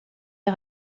est